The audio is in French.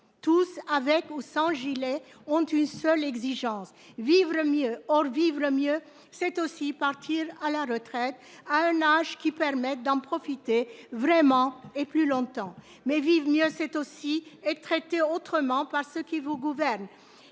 tous avec ou sans gilet ont une seule exigence, vive le mieux or vivent le mieux c'est aussi partir à la retraite à un âge qui permettent d'en profiter vraiment et plus longtemps mais vivre mieux c'est aussi être traités autrement par ceux qui vous gouvernent